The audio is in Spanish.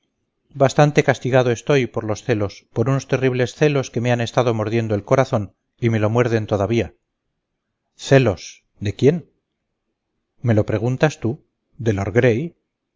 bastante castigado estoy por los celos por unos terribles celos que me han estado mordiendo el corazón y me lo muerden todavía celos de quién me lo preguntas tú de lord gray